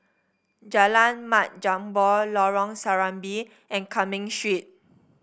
Jalan Mat Jambol Lorong Serambi and Cumming Street